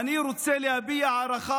אני רוצה להביע הערכה